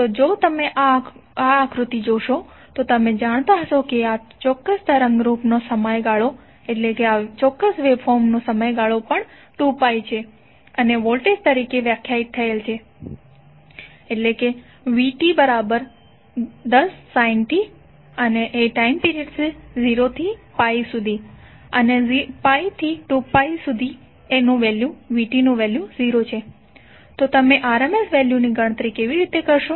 તો જો તમે આ આંકડો જોશો તો તમે જાણતા હશો કે આ ચોક્કસ તરંગરૂપનો સમયગાળો પણ 2π છે અને વોલ્ટેજ તરીકે વ્યાખ્યાયિત થયેલ છે vt10 sin t 0tπ 0πt2π તો તમે RMS વેલ્યુની ગણતરી કેવી રીતે કરશો